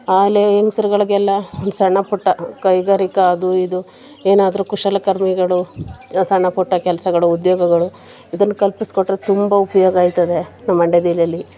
ಆಗ್ಲೆ ಹೆಂಗ್ಸ್ರುಗಳಿಗೆಲ್ಲ ಒಂದು ಸಣ್ಣ ಪುಟ್ಟ ಕೈಗಾರಿಕಾ ಅದು ಇದು ಏನಾದರೂ ಕುಶಲಕರ್ಮಿಗಳು ಸಣ್ಣ ಪುಟ್ಟ ಕೆಲಸಗಳು ಉದ್ಯೋಗಗಳು ಇದನ್ನ ಕಲ್ಪಿಸಿಕೊಟ್ರೆ ತುಂಬ ಉಪಯೋಗ ಆಯ್ತದೆ ನಮ್ಮ ಮಂಡ್ಯ ಜಿಲ್ಲೇಲಿ